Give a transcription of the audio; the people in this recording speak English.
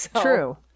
True